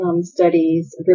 studies